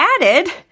added